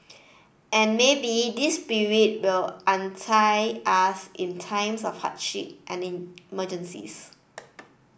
and maybe this spirit will unite us in times of hardship and emergencies